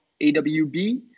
AWB